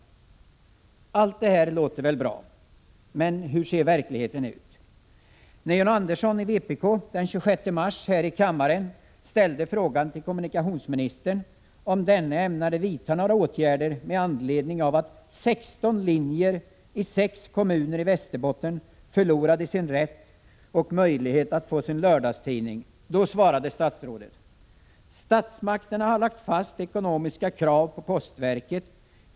Allt det här låter väl bra. Men hur ser verkligheten ut? När John Andersson, vpk, den 26 mars här i kammaren frågade kommunikationsministern om denne ämnade vidta några åtgärder med anledning av att 16 linjer i sex kommuner i Västerbotten förlorade sin rätt och möjlighet att få sin lördagstidning, svarade statsrådet: ”Statsmakterna har lagt fast ekonomiska krav på postverket.